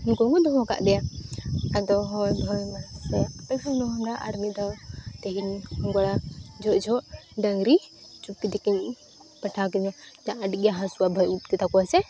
ᱩᱱᱠᱩ ᱠᱚ ᱫᱚᱦᱚ ᱟᱠᱟᱫᱮᱭᱟ ᱟᱫᱚ ᱦᱳᱭ ᱵᱷᱟᱹᱭ ᱢᱟ ᱟᱨ ᱢᱤᱫ ᱫᱷᱟᱣ ᱛᱮᱦᱮᱧ ᱜᱚᱲᱟ ᱡᱚᱜ ᱡᱚᱠᱷᱚᱱ ᱰᱟᱹᱝᱨᱤ ᱪᱩᱯᱤ ᱛᱤᱠᱤᱱ ᱯᱟᱴᱷᱟᱣ ᱠᱤᱫᱤᱧᱟ ᱟᱹᱰᱤ ᱜᱮ ᱦᱟᱹᱥᱩᱣᱟ ᱵᱷᱟᱹᱭ ᱩᱯ ᱛᱮ ᱛᱟᱠᱚ ᱦᱮᱸᱥᱮ